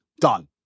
done